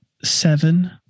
seven